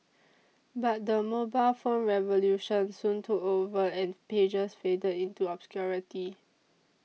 but the mobile phone revolution soon took over and pagers faded into obscurity